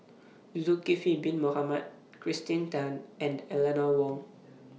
Zulkifli Bin Mohamed Kirsten Tan and Eleanor Wong